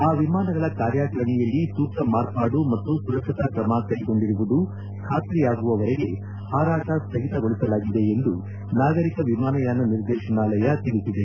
ಆ ವಿಮಾನಗಳ ಕಾರ್ಯಾಚರಣೆಯಲ್ಲಿ ಸೂಕ್ತ ಮಾರ್ಪಾಡು ಮತ್ತು ಸುರಕ್ಷತಾ ಕ್ರಮ ಕೈಗೊಂಡಿರುವುದು ಖಾತ್ರಿಯಾಗುವವರೆಗೆ ಪಾರಾಟ ಸ್ವಗಿತಗೊಳಿಸಲಾಗಿದೆ ಎಂದು ನಾಗರಿಕ ವಿಮಾನಯಾನ ನಿರ್ದೇಶನಾಲಯ ತಿಳಿಸಿದೆ